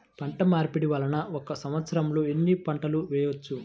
పంటమార్పిడి వలన ఒక్క సంవత్సరంలో ఎన్ని పంటలు వేయవచ్చు?